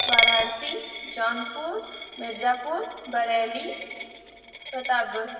Varanasi Jaunpur Mirzapur Bareilly Pratapgarh